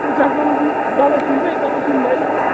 उताकोबाट सुन्छ यताको सुन्दैन पो त